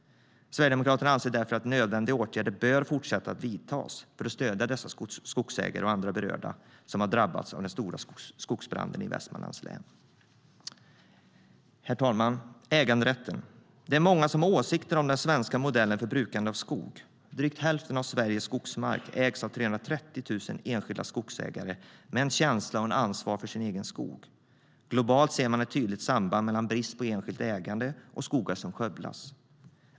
Sverigedemokraterna anser därför att nödvändiga åtgärder fortsatt bör vidtas för att stödja skogsägare och andra som drabbats av den stora skogsbranden i Västmanlands län. Herr talman! Det är många som har åsikter om den svenska modellen för brukande av skog. Drygt hälften av Sveriges skogsmark ägs av 330 000 enskilda skogsägare med en känsla och ett ansvar för sin egen skog. Globalt ser man ett tydligt samband mellan brist på enskilt ägande och skogar som skövlas.